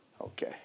okay